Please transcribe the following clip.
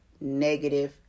negative